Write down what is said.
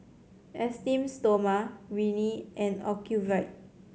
Esteem Stoma Rene and Ocuvite